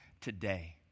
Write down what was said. today